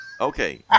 Okay